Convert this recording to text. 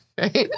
Right